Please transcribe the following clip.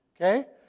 Okay